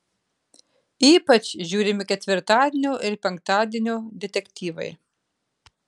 ypač žiūrimi ketvirtadienio ir penktadienio detektyvai